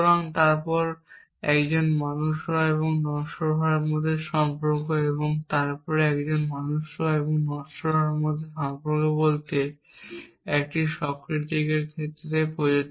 এবং তারপর একজন মানুষ হওয়া এবং নশ্বর হওয়ার মধ্যে সম্পর্ক এবং তারপরে একজন মানুষ হওয়া এবং নশ্বর হওয়ার মধ্যে একই সম্পর্ক বলতে এটি সক্রেটিসের ক্ষেত্রে প্রযোজ্য